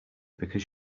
because